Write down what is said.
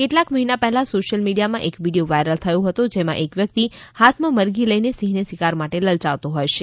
કેટલાક મહિના પહેલા સોશિયલ મીડિયામાં એક વિડિઓ વાઇરલ થયો હતો જેમાં એક વ્યક્તિ હાથમાં મુરઘી લઈને સિંહને શિકાર માટે લલયાવતો હોય છે